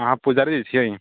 अहाँ पुजारी जी छिए